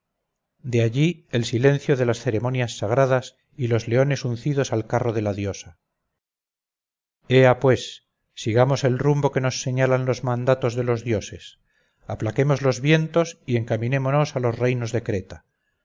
de allí el silencio de las ceremonias sagradas y los leones uncidos al carro de la diosa ea pues sigamos el rumbo que nos señalan los mandatos de los dioses aplaquemos los vientos y encaminémonos a los reinos de creta